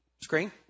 screen